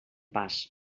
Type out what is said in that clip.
pas